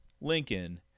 lincoln